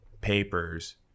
papers